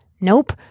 Nope